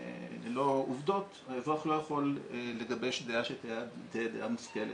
ללא עובדות האזרח לא יכול לגבש דעה שתהיה דעה מושכלת.